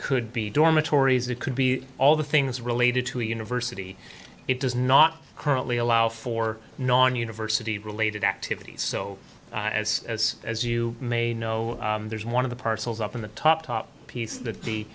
could be dormitories it could be all the things related to university it does not currently allow for non university related activities so as as as you may know there's one of the parcels up in the top top piece that the